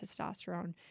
testosterone